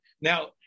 Now